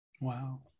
Wow